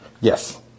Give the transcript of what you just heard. Yes